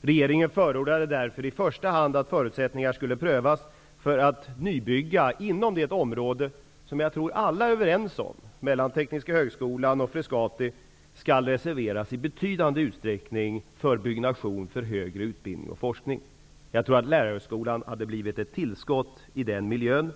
Regeringen förordade därför i första hand att man skulle pröva förutsättningarna att nybygga inom det område mellan Tekniska högskolan och Frescati som jag tror alla är överens om i betydande utsträckning skall reserveras för byggnation för högre utbildning och forskning. Jag tror att Lärarhögskolan hade blivit ett bra tillskott i den miljön.